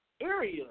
area